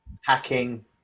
Hacking